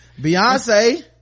beyonce